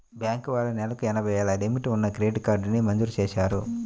bank వాళ్ళు నెలకు ఎనభై వేలు లిమిట్ ఉన్న క్రెడిట్ కార్డుని మంజూరు చేశారు